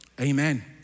Amen